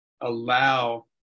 allow